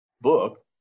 book